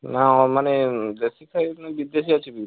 ନା ମାନେ ଦେଶୀ ଥାଇକି ପୁଣି ବିଦେଶୀ ଅଛି ବି